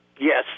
Yes